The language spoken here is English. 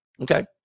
Okay